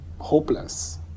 hopeless